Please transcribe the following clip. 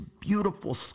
beautiful